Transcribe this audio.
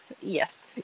Yes